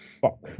fuck